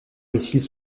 missile